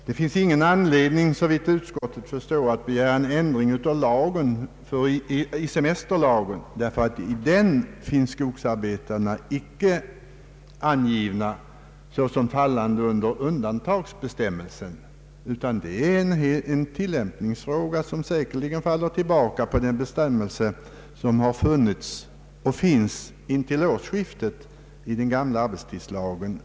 Det finns såvitt utskottet förstår ingen anledning att begära en ändring av semesterlagen, därför att skogsarbetarna inte där anges såsom fallande under undantagsbestämmelsen, utan det är en tillämpningsfråga, som säkerligen faller tillbaka på den bestämmelse som har funnits och finns intill årsskiftet i den gamla arbetstidslagen.